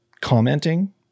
commenting